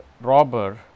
robber